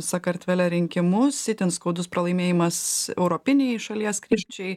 sakartvele rinkimus itin skaudus pralaimėjimas europiniai šalies krypčiai